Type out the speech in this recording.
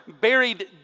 buried